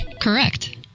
Correct